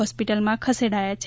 હોસ્પિટલમાં ખસેડાયા છે